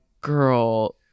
girl